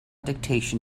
dictation